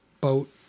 boat